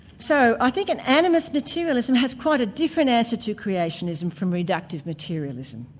so i think an animist materialism has quite a different answer to creationism from reductive materialism.